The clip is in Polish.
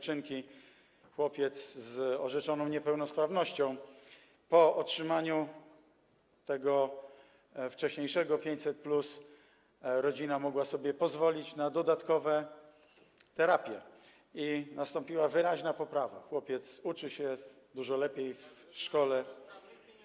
Chłopiec ma orzeczoną niepełnosprawność, po otrzymaniu tego wcześniejszego 500+ rodzina mogła sobie pozwolić na dodatkowe terapie i nastąpiła wyraźna poprawa, chłopiec uczy się w szkole dużo lepiej.